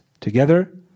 together